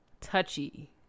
touchy